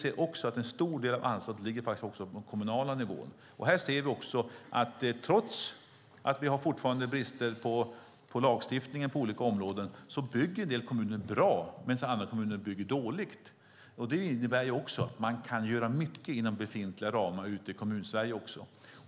En stor del av ansvaret ligger på den kommunala nivån. Här ser vi att trots att det fortfarande finns brister i lagstiftningen bygger en del kommuner bra medan andra kommuner bygger dåligt. Det innebär att det går att göra mycket inom befintliga ramar i Kommunsverige.